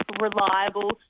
reliable